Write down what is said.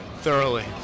Thoroughly